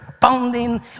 pounding